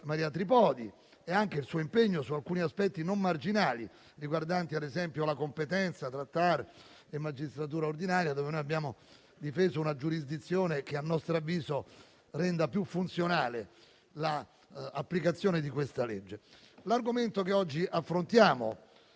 Maria Tripodi e anche il suo impegno su alcuni aspetti non marginali come, ad esempio, la competenza tra TAR e magistratura ordinaria, tema rispetto al quale abbiamo difeso una giurisdizione che, a nostro avviso, rende più funzionale l'applicazione di questo disegno di legge. L'argomento che oggi affrontiamo,